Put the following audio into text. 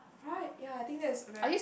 right ya I think that is very